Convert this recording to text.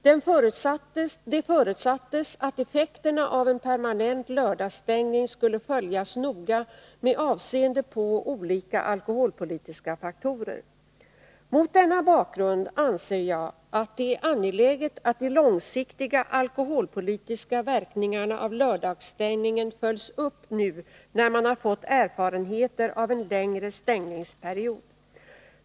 Det förutsattes att effekterna av en permanent lördagsstängning skulle följas noga med avseende på olika alkoholpolitiska faktorer. Mot denna bakgrund anser jag att det är angeläget att de långsiktiga alkoholpolitiska verkningarna av lördagsstängningen följs upp nu, när man har fått erfarenheter av en längre stängningsperiod.